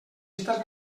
estàs